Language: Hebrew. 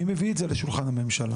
מי מביא את זה לשולחן הממשלה?